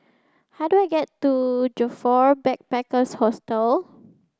how do I get to Joyfor Backpackers' Hostel